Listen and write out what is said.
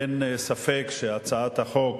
אין ספק שהצעת החוק